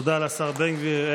תודה לשר בן גביר.